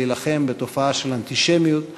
להילחם בתופעה של האנטישמיות,